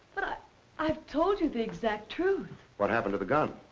but i've told you the exact truth. what happened to the gun?